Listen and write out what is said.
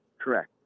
Correct